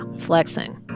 flexing,